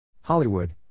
Hollywood